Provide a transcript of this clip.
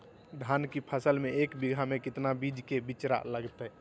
धान के फसल में एक बीघा में कितना बीज के बिचड़ा लगतय?